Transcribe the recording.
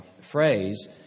phrase